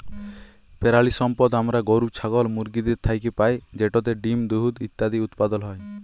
পেরালিসম্পদ আমরা গরু, ছাগল, মুরগিদের থ্যাইকে পাই যেটতে ডিম, দুহুদ ইত্যাদি উৎপাদল হ্যয়